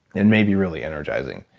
and may be really energizing.